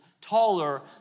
taller